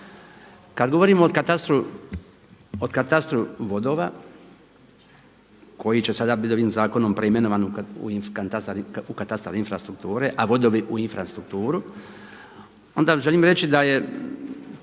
Kad govorimo o katastru vodova koji će sada biti ovim zakonom preimenovan u katastar infrastrukture, a vodovi u infrastrukturu, onda želim reći da je